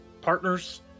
partners